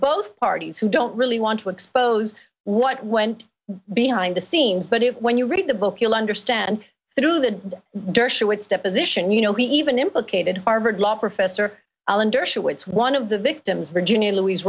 both parties who don't really want to expose what went behind the scenes but it when you read the book you'll understand through that dershowitz deposition you know he even implicated harvard law professor alan dershowitz one of the victims virginia louise